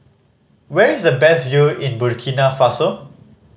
where is the best view in Burkina Faso